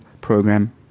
program